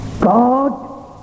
God